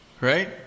Right